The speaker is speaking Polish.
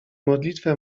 modlitwę